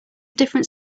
different